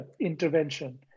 intervention